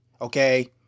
Okay